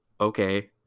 okay